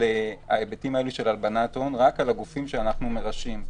ההיבטים האלה של הלבנת הון רק על הגופים שאנחנו מרשים,